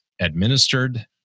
administered